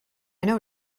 know